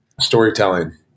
storytelling